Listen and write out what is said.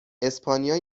اسپانیا